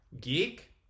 Geek